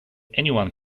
anyone